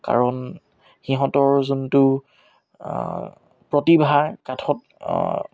কাৰণ সিহঁতৰ যোনটো প্ৰতিভা কাঠত